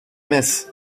metz